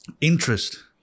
interest